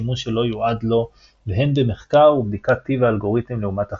שימוש שלא יועד לו והן במחקר ובדיקת טיב האלגוריתם לעומת אחרים.